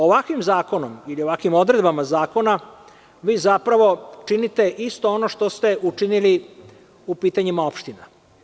Ovakvim zakonom i ovakvim odredbama zakona vi zapravo činite isto ono što ste učinili u pitanjima opština.